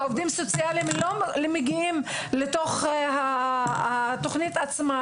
עובדים סוציאליים לא מגיעים לתוך התוכנית עצמה.